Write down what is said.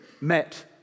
met